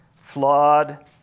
flawed